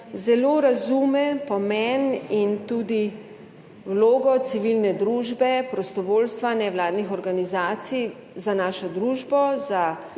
zelo razume pomen in tudi vlogo civilne družbe, prostovoljstva, nevladnih organizacij za našo družbo,